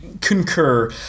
concur